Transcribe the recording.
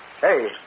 Hey